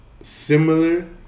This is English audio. similar